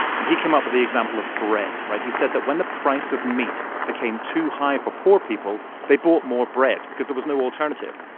and he came up with the example of bread, right? he said that when the price of meat became too high for poor people, they bought more bread because there was no alternative.